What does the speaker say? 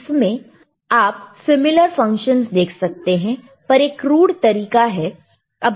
इसमें आप similar functions देख सकते हैं पर एक क्रूड तरीके से